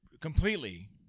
completely